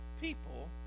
people